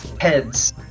Heads